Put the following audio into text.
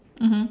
mmhmm